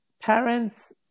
parents